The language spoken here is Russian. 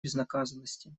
безнаказанности